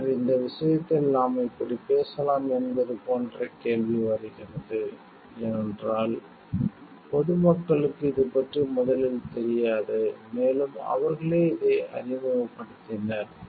பின்னர் இந்த விஷயத்தில் நாம் இப்படி பேசலாம் என்பது போன்ற கேள்வி வருகிறது ஏனென்றால் பொது மக்களுக்கு இது பற்றி முதலில் தெரியாது மேலும் அவர்களே இதை அறிமுகப்படுத்தினர்